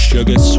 Sugar